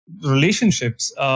relationships